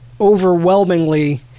overwhelmingly